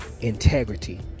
Integrity